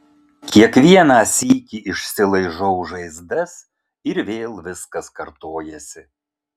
kiekvieną sykį išsilaižau žaizdas ir vėl viskas kartojasi